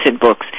books